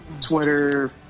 twitter